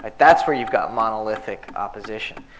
but that's where you've got monolithic opposition.